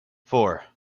four